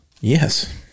Yes